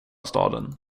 staden